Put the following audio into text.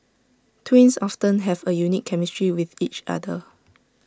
twins often have A unique chemistry with each other